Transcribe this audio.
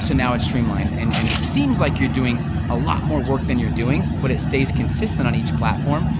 so now it's streamlined. and and it seems like you're doing a lot more work than you're doing, but it stays consistent on each platform,